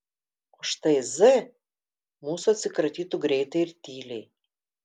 o štai z mūsų atsikratytų greitai ir tyliai